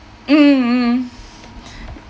mmhmm